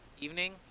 evening